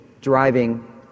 driving